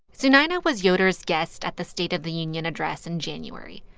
sunayana was yoder's guest at the state of the union address in january.